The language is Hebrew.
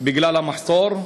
בגלל המחסור.